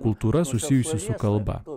kultūra susijusi su šia kalba o